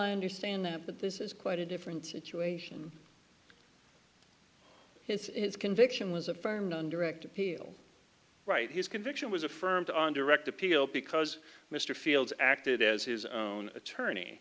i understand that but this is quite a different situation his conviction was a very direct appeal right his conviction was affirmed on direct appeal because mr fields acted as his own attorney